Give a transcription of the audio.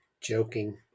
joking